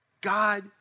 God